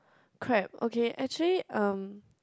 crap okay actually um